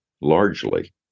largely